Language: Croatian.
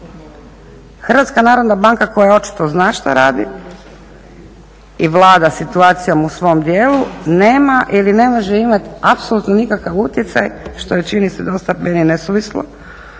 izvješće se čini da HNB koja očito zna šta radi i vlada situacija u svom dijelu, nema ili ne može imati apsolutno nikakav utjecaj što je čini se dosta po meni nesuvislo,